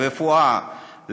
לרפואה,